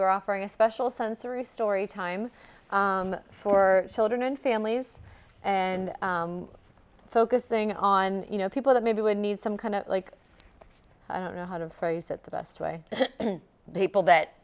we're offering a special sensory story time for children and families and focusing on you know people that maybe would need some kind of like i don't know how to phrase it the best way people that